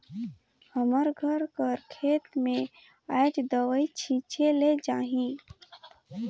हमर घर कर खेत में आएज दवई छींचे ले जाही